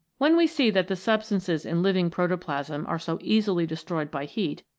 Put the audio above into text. when we see that the substances in living protoplasm are so easily destroyed by heat,